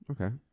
Okay